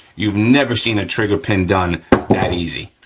you've never seen a trigger pin done that easy.